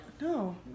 no